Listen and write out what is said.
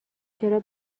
چرا